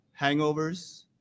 Hangovers